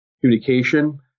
communication